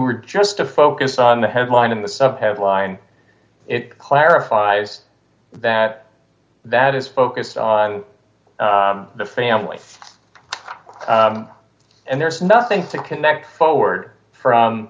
were just to focus on the headline in the sub headline it clarifies that that is focus on the family and there's nothing to connect forward from